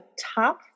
top